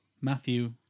Matthew